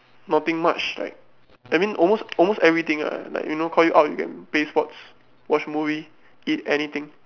nothing much like I mean almost almost everything ah like you know call him out and we can play sports watch movie eat anything